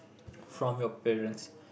from your parents